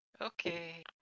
Okay